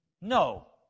No